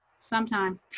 sometime